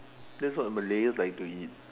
that's what the Malays like to eat